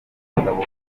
abagabo